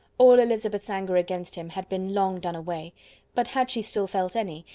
all elizabeth's anger against him had been long done away but had she still felt any,